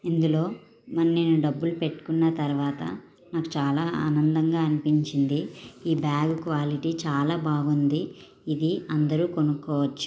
ఇందులో మరి నేను డబ్బులు పెట్టుకున్న తర్వాత నాకు చాలా ఆనందంగా అనిపించింది ఈ బ్యాగ్ క్వాలిటీ చాలా బాగుంది ఇది అందరూ కొనుక్కోవచ్చు